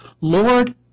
Lord